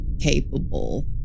capable